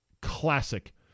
classic